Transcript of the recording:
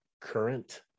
current